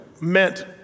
meant